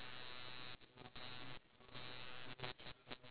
then how to bet below that there's a books right